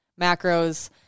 macros –